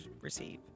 receive